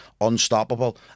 unstoppable